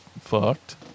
fucked